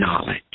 knowledge